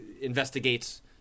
investigates